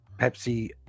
Pepsi